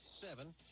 Seven